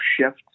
shift